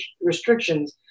restrictions